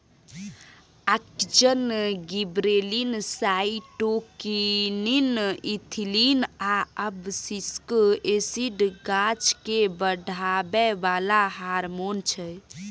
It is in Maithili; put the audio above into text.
आक्जिन, गिबरेलिन, साइटोकीनीन, इथीलिन आ अबसिसिक एसिड गाछकेँ बढ़ाबै बला हारमोन छै